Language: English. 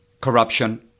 corruption